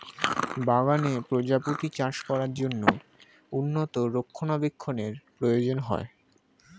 বাগানে প্রজাপতি চাষ করার জন্য উন্নত রক্ষণাবেক্ষণের প্রয়োজন হয়